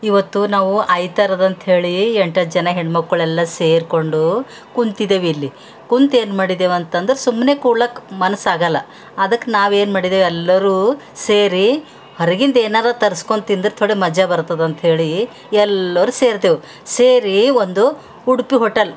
ಇವತ್ತು ನಾವು ಐತ್ವಾರದ ಅಂಥೇಳಿ ಎಂಟು ಹತ್ತು ಜನ ಹೆಣ್ಮಕ್ಕಳೆಲ್ಲ ಸೇರಿಕೊಂಡು ಕುಂತಿದೇವಿಲ್ಲಿ ಕುಂತೇನು ಮಾಡಿದೇವಂತಂದ್ರೆ ಸುಮ್ಮನೆ ಕೂಡ್ಲಿಕ್ ಮನಸ್ಸಾಗಲ್ಲ ಅದಕ್ಕೆ ನಾವೇನು ಮಾಡಿದೇವು ಎಲ್ಲರೂ ಸೇರಿ ಹೊರಗಿಂದೇನಾರ ತರಿಸ್ಕೊಂದ್ ತಿಂದ್ರೆ ಥೋಡೆ ಮಜ ಬರ್ತದಂಥೇಳಿ ಎಲ್ಲರೂ ಸೇರ್ತೆವು ಸೇರಿ ಒಂದು ಉಡುಪಿ ಹೋಟೆಲ್